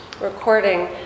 recording